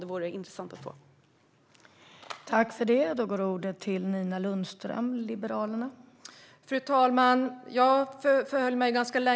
Det vore intressant att få det.